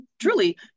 truly